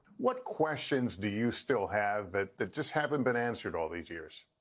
what questions do you still have that that just haven't been answered all these years?